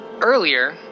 Earlier